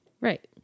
Right